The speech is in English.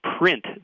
print